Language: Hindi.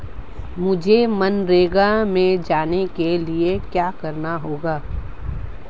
मुझे मनरेगा में जाने के लिए क्या करना होगा?